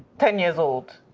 ten years old.